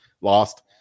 lost